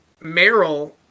Meryl